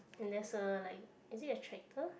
and there's a like is it a tractor